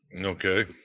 Okay